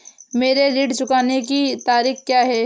मेरे ऋण को चुकाने की तारीख़ क्या है?